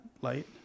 light